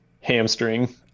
Hamstring